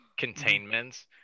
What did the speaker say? containments